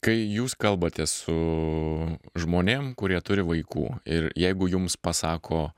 kai jūs kalbatės su žmonėm kurie turi vaikų ir jeigu jums pasako